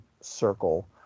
circle